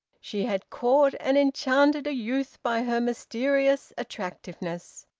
she had caught and enchanted a youth by her mysterious attractiveness.